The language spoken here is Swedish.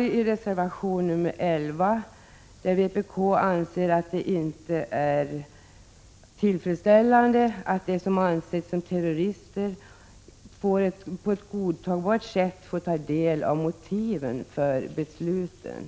I reservation nr 11 anser vpk att det inte är tillfredsställande att de som ansetts som terrorister inte på ett godtagbart sätt fått ta del av motiven för besluten